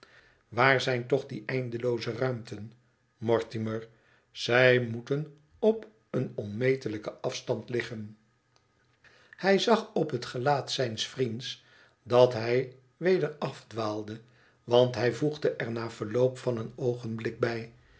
waar zijn toch die eindelooze ruimten mortimer zij moeten op een onmetelijken afstand liggen hij zag op het gelaat zijns vriends dat hij weder afdwaalde want hij voegde er na verloop van een oogenblik bij